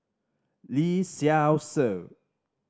Lee Seow Ser